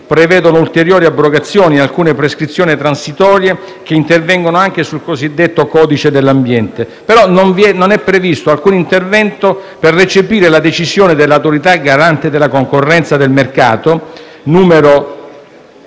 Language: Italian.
prevedono ulteriori abrogazioni e alcune prescrizioni transitorie che intervengono anche sul cosiddetto codice dell'ambiente. Non è però previsto alcun intervento per recepire il parere S1062 del 29 luglio 2009 dell'Autorità garante della concorrenza e del mercato, con